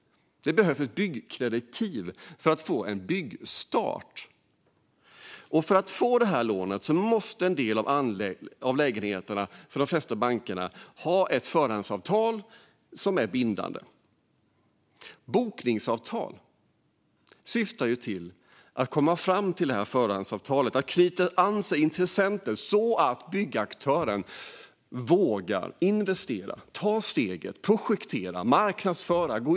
Man behöver ett byggkreditiv för att få en byggstart. För att få detta lån måste hos de flesta banker en viss andel av lägenheterna knytas till ett bindande förhandsavtal. Bokningsavtal syftar till att komma fram till ett förhandsavtal och knyta till sig intressenter så att byggaktören vågar ta steget och investera, projektera och marknadsföra sig.